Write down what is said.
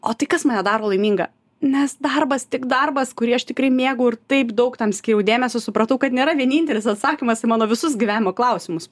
o tai kas mane daro laimingą nes darbas tik darbas kurį aš tikrai mėgau ir taip daug tam skyriau dėmesio supratau kad nėra vienintelis atsakymas į mano visus gyvenimo klausimus